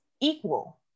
equal